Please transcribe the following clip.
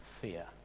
fear